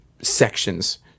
sections